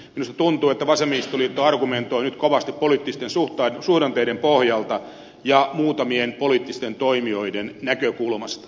minusta tuntuu että vasemmistoliitto argumentoi nyt kovasti poliittisten suhdanteiden pohjalta ja muutamien poliittisten toimijoiden näkökulmasta